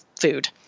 food